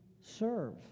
serve